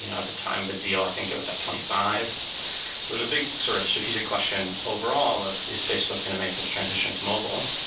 you know at the time of the deal, i think it was at twenty five point so there's a big sort of strategic question overall of is facebook going to make the transition to mobile?